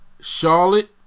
Charlotte